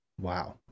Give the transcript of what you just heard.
Wow